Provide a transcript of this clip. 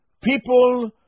people